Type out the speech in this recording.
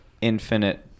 infinite